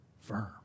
firm